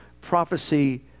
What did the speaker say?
prophecy